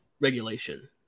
regulation